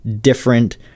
different